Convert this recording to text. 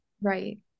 Right